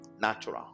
natural